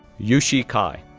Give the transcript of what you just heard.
yuxi cai,